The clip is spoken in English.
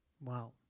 Wow